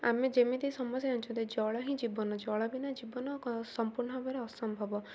ଆମେ ଯେମିତି ସମସ୍ତେ ଜାଣିଛୁ ଯେ ଜଳ ହିଁ ଜୀବନ ଜଳ ବିିନା ଜୀବନ ସମ୍ପୂର୍ଣ୍ଣ ଭାବରେ ଅସମ୍ଭବ